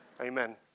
Amen